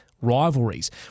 rivalries